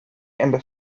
and